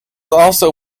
also